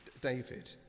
David